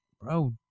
bro